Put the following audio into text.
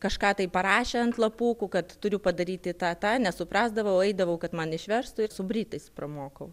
kažką tai parašė ant lapukų kad turiu padaryti tą tą nesuprasdavau eidavau kad man išverstų ir su britais pramokau